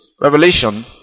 Revelation